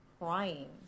crying